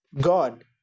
God